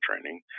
training